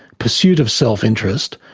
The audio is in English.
pursuit of self-interest,